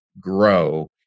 grow